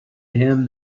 him